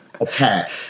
attack